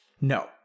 No